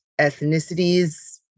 ethnicities